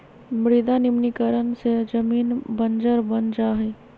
मृदा निम्नीकरण से जमीन बंजर बन जा हई